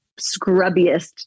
scrubbiest